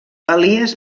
elies